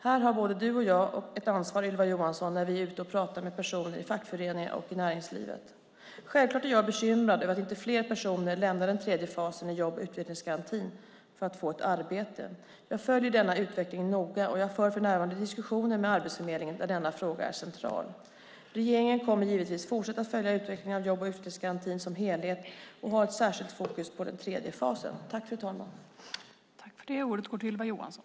Här har både du och jag ett ansvar, Ylva Johansson, när vi är ute och pratar med personer i fackföreningar och i näringslivet. Självklart är jag bekymrad över att inte fler personer lämnar den tredje fasen i jobb och utvecklingsgarantin för att få ett arbete. Jag följer denna utveckling noga, och för närvarande för jag diskussioner med Arbetsförmedlingen där denna fråga är central. Regeringen kommer givetvis att fortsätta att följa utvecklingen av jobb och utvecklingsgarantin som helhet och ha ett särskilt fokus på den tredje fasen.